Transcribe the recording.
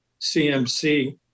CMC